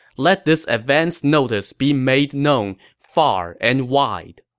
let this advance notice be made known far and wide.